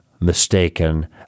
mistaken